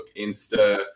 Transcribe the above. Insta